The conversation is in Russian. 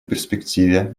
перспективе